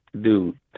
dude